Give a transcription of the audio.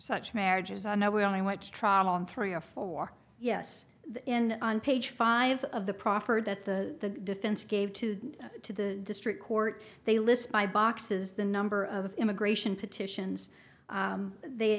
such marriages and now we only went to trial on three or four yes in on page five of the proffered that the defense gave two to the district court they list by boxes the number of immigration petitions they